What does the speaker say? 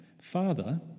Father